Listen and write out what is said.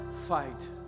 fight